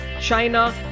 China